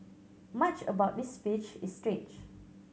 much about this fish is strange